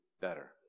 better